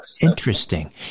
Interesting